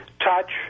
touch